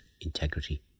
integrity